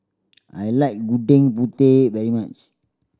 I like Gudeg Putih very much